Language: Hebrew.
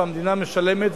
והמדינה משלמת,